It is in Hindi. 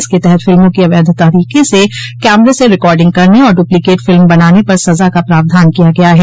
इसके तहत फिल्मों की अवैध तरीक से कैमरे से रिकॉर्डिंग करने और ड्रप्लीकेट फिल्म बनाने पर सजा का प्रावधान किया गया है